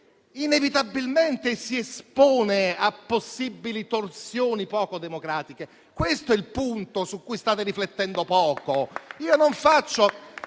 inevitabilmente si espone a possibili torsioni poco democratiche. Questo è il punto su cui state riflettendo poco.